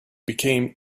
became